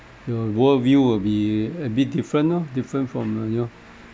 your worldview will be a bit different lor different from uh you know